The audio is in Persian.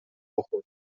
بخور